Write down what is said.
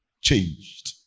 changed